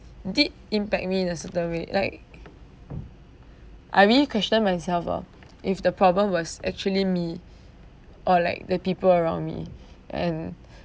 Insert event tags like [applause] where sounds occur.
did impact me in a certain way like [breath] I really questioned myself ah [breath] if the problem was actually me [breath] or like the people around me [breath] and [breath]